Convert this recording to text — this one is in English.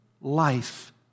life